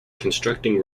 constructing